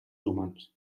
humans